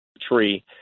tree